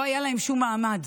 לא היה להם שום מעמד,